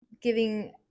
giving